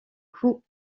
coup